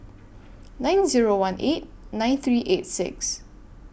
nine Zero one eight nine three eight six